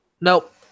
Nope